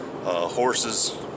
Horses